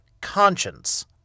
conscience